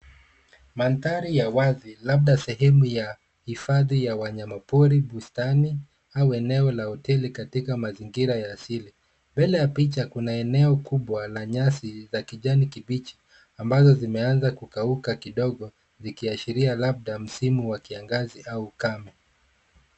Mandhari ya wazi, labda sehemu ya hifadhi ya wanyama pori, bustani, au eneo la hoteli, katika mazingira ya asili. Mbele ya picha kuna eneo kubwa la nyasi ya kijani kibichi, ambayo zimeanza kukauka kidogo , zikiashiria labda msimu wa kiangazi au ukame.